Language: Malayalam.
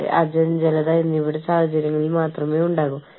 കാരണം കറൻസി നിരക്കുകൾ ഇടയ്ക്കിടെ മാറിക്കൊണ്ടിരിക്കുന്നു